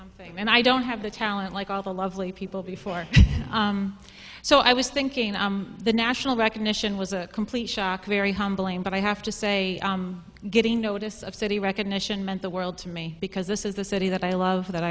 you and i don't have the talent like all the lovely people before so i was thinking the national recognition was a complete shock very humbling but i have to say getting notice of city recognition meant the world to me because this is the city that i love that